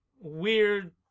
weird